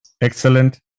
Excellent